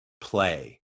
play